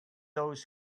those